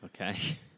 Okay